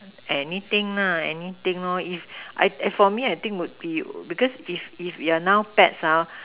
anything anything if I for me I think would be because if if you're now pets